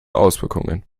auswirkungen